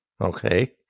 Okay